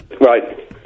right